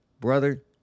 brother